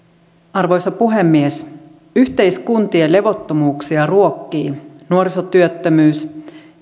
arvoisa puhemies yhteiskuntien levottomuuksia ruokkivat nuorisotyöttömyys